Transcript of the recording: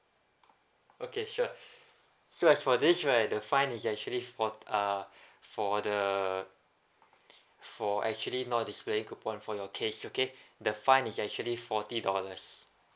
okay sure so as for this right the fine is actually forty uh for the for actually not displaying coupon for your case okay the fine is actually forty dollars